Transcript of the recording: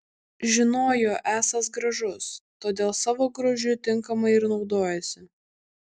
žinojo esąs gražus todėl savo grožiu tinkamai ir naudojosi